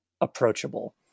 approachable